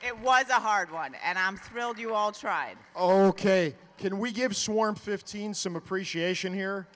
it was a hard one and i'm thrilled you all tried oh ok can we give swarm fifteen some appreciation here